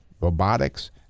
robotics